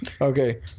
Okay